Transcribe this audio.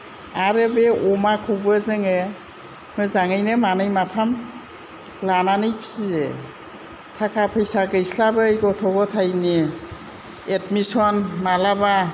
आरो बे अमाखौबो जोङो मोजाङैनो मानै माथाम लानानै फिसियो थाखा फैसा गैस्लाबै गथ' गथायनि एदमिसन मालाबा